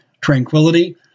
tranquility